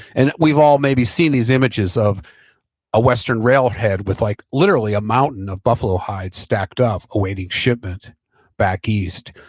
and we've all maybe seen these images of a western rail head with like literally a mountain of buffalo hides stacked up awaiting shipment back east.